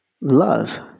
love